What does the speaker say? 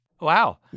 Wow